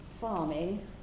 farming